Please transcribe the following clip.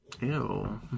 ew